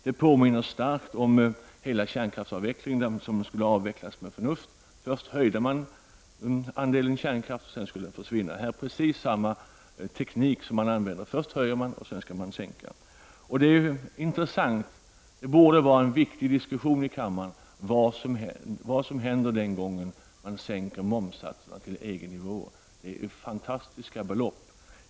Det påminner starkt om frågan om avvecklingen av kärnkraften, den som skulle avvecklas med förnuft. Först ökade man andelen kärnkraft, och sedan skulle den försvinna. Det är precis samma teknik man använder här. Först höjer man, och sedan skall man sänka. Det är en intressant fråga, och det borde bli en viktig diskussion i kammaren, vad som händer den gången man sänker momssatserna till EG-nivå. Det är fantastiska belopp det handlar om.